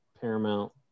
Paramount